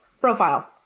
profile